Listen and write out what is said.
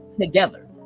together